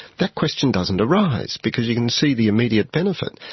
that question doesn't arise because you can see the immediate benefit.